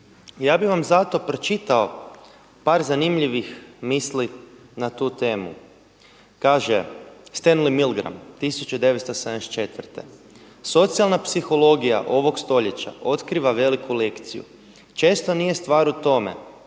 Ja bih vam zato pročitao par zanimljivih misli na tu temu. Kaže Stanley Milgram 1974. Socijalna psihologija ovog stoljeća otkriva veliku lekciju. Često nije stvar u tome